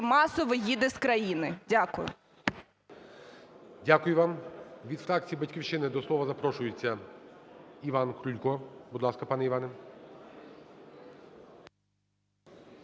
масово їде з країни. Дякую. ГОЛОВУЮЧИЙ. Дякую вам. Від фракції "Батьківщина" до слова запрошується Іван Крулько. Будь ласка, пане Іване.